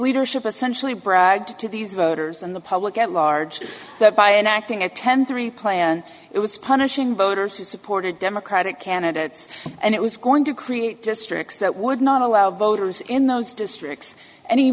leadership essentially bragged to these voters and the public at large that by enacting a ten three plan it was punishing voters who supported democratic candidates and it was going to create districts that would not allow voters in those districts any